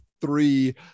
three